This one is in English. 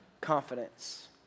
confidence